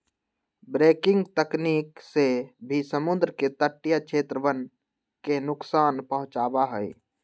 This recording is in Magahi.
ब्रेकिंग तकनीक से भी समुद्र के तटीय क्षेत्रवन के नुकसान पहुंचावा हई